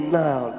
now